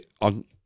On